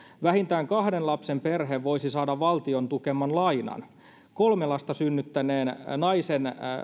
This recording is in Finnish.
vähintään kahden lapsen perhe voisi saada valtion tukeman lainan kolme lasta synnyttäneet naiset